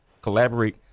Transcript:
collaborate